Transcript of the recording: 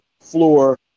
floor